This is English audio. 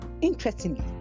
Interestingly